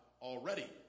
already